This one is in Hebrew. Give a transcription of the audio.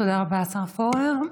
תודה רבה, השר פורר.